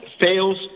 fails